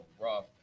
rough